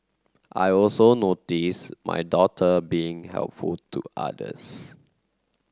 I also notice my daughter being helpful to others